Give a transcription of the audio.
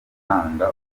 ugutanga